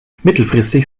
mittelfristig